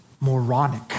moronic